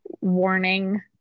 warning